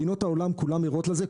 מדינות העולם כולן ערות לזה,